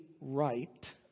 right